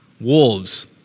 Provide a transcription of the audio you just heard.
wolves